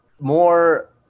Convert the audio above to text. more